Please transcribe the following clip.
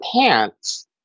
pants